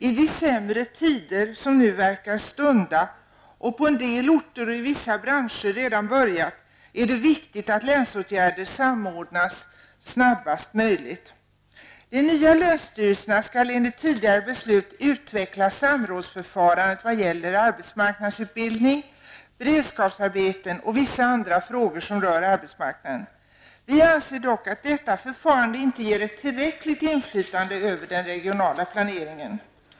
I de sämre tider -- som nu verkar stunda, och på en del orter och vissa branscher redan har börjat -- är det viktigt att länsåtgärder samordnas snabbast möjligt. De nya länsstyrelserna skall enligt tidigare beslut utveckla samrådsförfarandet i vad gäller arbetsmarknadsutbildning, beredskapsarbeten och vissa andra frågor som rör arbetsmarknaden. Vi anser dock att detta förfarande inte ger ett tillräckligt inflytande över den regionala planeringen.